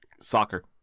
soccer